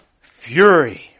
Fury